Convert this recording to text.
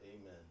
amen